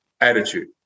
attitude